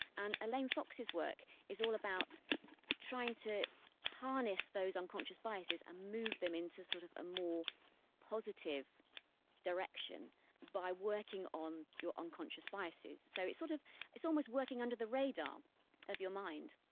and elaine fox's work is all about trying to harness those unconscious biases and move them into sort of a more positive direction by working on your unconscious biases. so it's sort of it's almost working under the radar of your mind.